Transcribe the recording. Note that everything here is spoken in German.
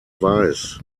weiß